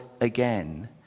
again